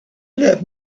live